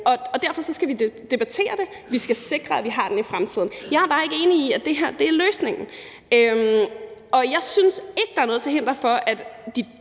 Derfor skal vi debattere det. Vi skal sikre, at vi har det i fremtiden. Jeg er bare ikke enig i, at det her er løsningen, og jeg synes ikke, der er noget til hinder for, at de